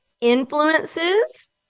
influences